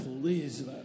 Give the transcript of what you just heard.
Please